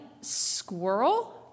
squirrel